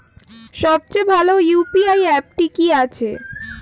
সবচেয়ে ভালো ইউ.পি.আই অ্যাপটি কি আছে?